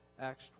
Acts